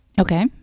Okay